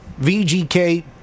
VGK